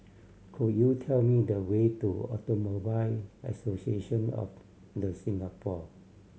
could you tell me the way to Automobile Association of The Singapore